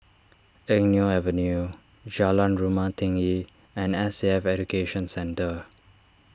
Eng Neo Avenue Jalan Rumah Tinggi and S A F Education Centre